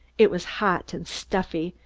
it was hot and stuffy,